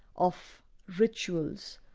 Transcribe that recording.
of rituals,